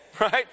right